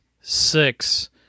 six